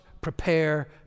prepare